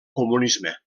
comunisme